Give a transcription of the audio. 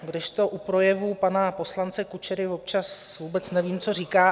Kdežto u projevů pana poslance Kučery občas vůbec nevím, co říká.